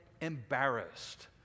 Embarrassed